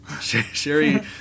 Sherry